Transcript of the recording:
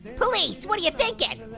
police, what are you thinking?